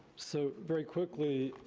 so very quickly,